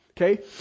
Okay